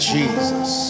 Jesus